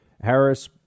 Harris